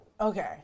Okay